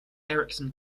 erickson